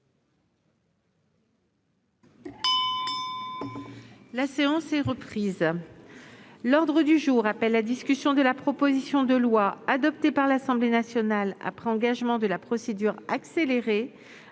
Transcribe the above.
La séance est reprise. L'ordre du jour appelle la discussion de la proposition de loi, adoptée par l'Assemblée nationale après engagement de la procédure accélérée,